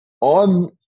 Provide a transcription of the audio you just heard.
on